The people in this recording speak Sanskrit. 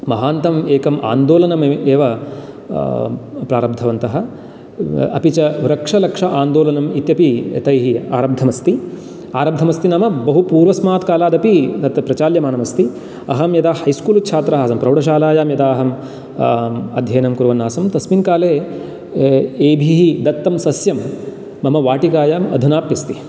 महान्तम् एकम् आंदोलनम् एव प्रारब्धवन्तः अपि च वृक्षलक्ष आन्दोलनम् इत्यपि तैः आरब्धमस्ति आरब्धमस्ति नाम बहु पूर्वस्मात् कालादपि तत् प्रचाल्यमानम् अस्ति अहं यदा है स्कूल् छात्रः आसं प्रौढशालायां यदा अहं अध्ययनं कुर्वन् आसं तस्मिन् काले एभिः दत्तं सस्यं मम वाटिकायाम् अधुनाप्यस्ति